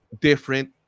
different